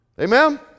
Amen